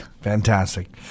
Fantastic